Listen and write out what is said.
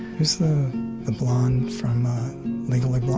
who's the blonde from legally blonde?